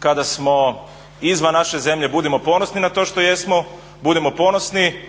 kada smo izvan naše zemlje budimo ponosni na to što jesmo, budimo ponosni